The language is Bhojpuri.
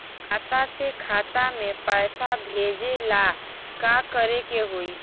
खाता से खाता मे पैसा भेजे ला का करे के होई?